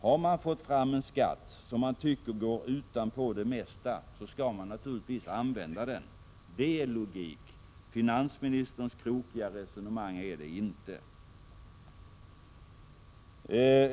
Har man fått fram en skatt som man tycker går utanpå det mesta, skall man naturligtvis använda den. Det är logik. Finansministerns krokiga resonemang är det inte.